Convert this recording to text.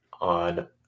on